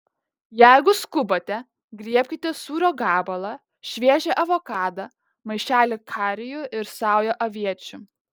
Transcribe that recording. jeigu skubate griebkite sūrio gabalą šviežią avokadą maišelį karijų ir saują aviečių